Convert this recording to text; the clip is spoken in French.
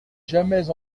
jamais